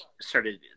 started